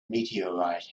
meteorite